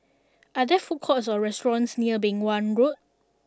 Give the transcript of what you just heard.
are there food courts or restaurants near Beng Wan Road